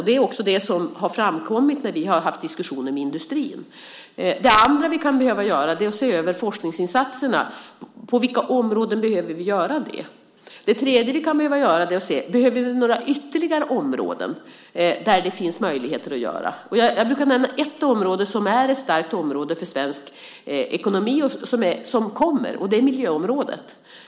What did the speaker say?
Det är också det som har framkommit när vi har haft diskussioner med industrin. Det andra som vi kan behöva göra är att se över forskningsinsatserna. På vilka områden behöver vi göra det? Det tredje som vi kan behöva göra är att ta reda på om det finns ytterligare områden där det finns möjligheter. Jag brukar nämna ett område som är ett starkt område för svensk ekonomi och som kommer, och det är miljöområdet.